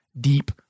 deep